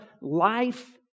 life